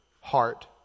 heart